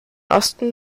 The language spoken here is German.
osten